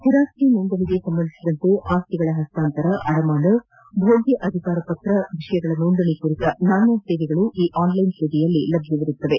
ಸ್ಟಿರಾಸ್ತಿ ನೋಂದಣಿಗೆ ಸಂಬಂಧಿಸಿದಂತೆ ಆಸ್ತಿಗಳ ಹಸ್ತಾಂತರ ಅಡಮಾನ ಭೋಗ್ಯ ಅಧಿಕಾರ ಪತ್ರ ವಿಷಯಗಳ ನೋಂದಣಿ ಕುರಿತ ನಾನಾ ಸೇವೆಗಳು ಈ ಆನ್ಲೈನ್ ಸೇವೆಯಲ್ಲಿ ಲಭ್ವವಿರುತ್ತದೆ